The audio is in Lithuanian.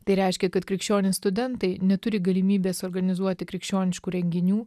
tai reiškia kad krikščionys studentai neturi galimybės organizuoti krikščioniškų renginių